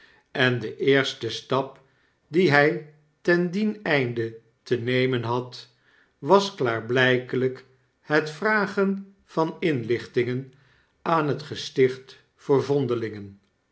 en de eerste stap dien hrj ten dien einde te nemen had was klaarblpelp het vragen van inlichtingen aan het gesticht voor vondelingen